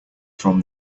from